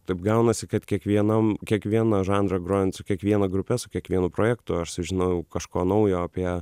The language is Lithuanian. taip gaunasi kad kiekvienam kiekvieną žanrą grojant su kiekviena grupe su kiekvienu projektu aš sužinojau kažko naujo apie